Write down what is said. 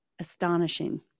Astonishing